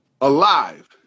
alive